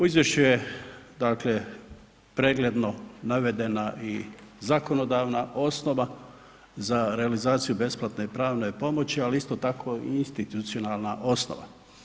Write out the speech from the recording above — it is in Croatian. U izvješću je dakle pregledno navedena i zakonodavna osnova za realizaciju besplatne pravne pomoći, ali isto tako i institucionalna osnova.